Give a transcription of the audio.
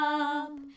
up